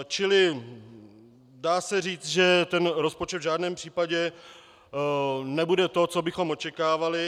Čili dá se říct, že rozpočet v žádném případě nebude to, co bychom očekávali.